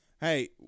Hey